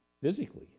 physically